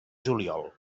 juliol